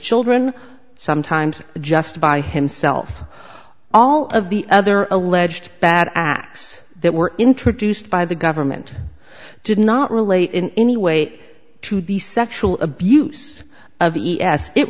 children sometimes just by himself all of the other alleged bad acts that were introduced by the government did not relate in any way to the sexual abuse of e t s it